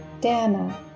Dana